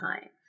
time